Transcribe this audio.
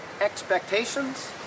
expectations